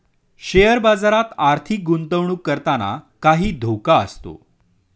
share बाजारात आर्थिक गुंतवणूक करताना काही धोका असतो